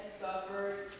suffered